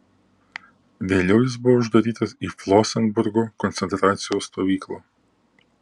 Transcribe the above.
vėliau jis buvo uždarytas į flosenburgo koncentracijos stovyklą